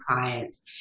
clients